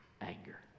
anger